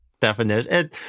definition